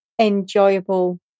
enjoyable